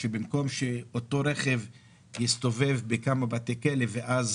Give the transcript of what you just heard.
שבמקום שאותו רכב יסתובב בכמה בתי כלא ואז